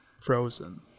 Frozen